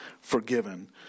forgiven